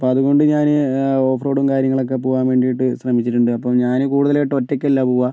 അപ്പോൾ അതുകൊണ്ട് ഞാന് ഓഫ് റോഡ് കാര്യങ്ങളൊക്കെ പോകാൻ വേണ്ടിയിട്ട് ശ്രമിച്ചിട്ടുണ്ട് അപ്പം ഞാന് കൂടുതലായിട്ട് ഒറ്റയ്ക്ക് അല്ല പോകുക